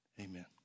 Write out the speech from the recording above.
Amen